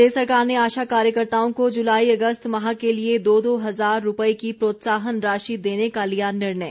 प्रदेश सरकार ने आशा कार्यकर्ताओं को जुलाई अगस्त माह के लिए दो दो हजार रूपए की प्रोत्साहन राशि देने का लिया निर्णय